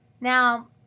Now